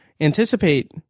anticipate